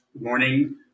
Morning